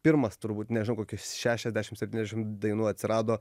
pirmos turbūt nežinau kokios šešiasdešim septyniasdešim dainų atsirado